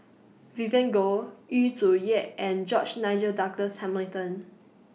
Vivien Goh Yu Zhuye and George Nigel Douglas Hamilton